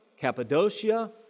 Cappadocia